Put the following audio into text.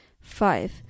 Five